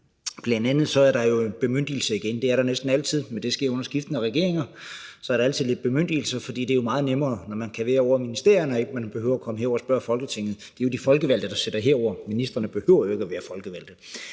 Bl.a. er der jo en bemyndigelse igen, det er der næsten altid – det sker under skiftende regeringer, at der så altid er nogle bemyndigelser, for det er jo meget nemmere, når man kan være ovre i ministerierne og man ikke behøver at komme herover og spørge Folketinget, og det er de folkevalgte, der sidder herovre; ministrene behøver jo ikke at være folkevalgte